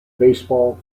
baseball